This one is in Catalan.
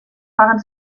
paguen